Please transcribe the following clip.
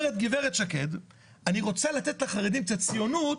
אומרת גברת שקד אני רוצה לתת לחרדים קצת ציונות,